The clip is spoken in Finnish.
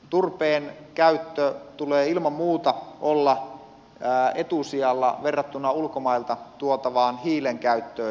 turpeen käytön tulee ilman muuta olla etusijalla verrattuna ulkomailta tuotavaan hiilen käyttöön